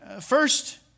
First